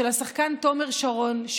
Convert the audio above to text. של השחקן תומר שרון,